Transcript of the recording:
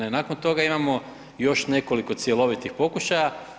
Onda nakon toga imamo još nekoliko cjelovitih pokušaja.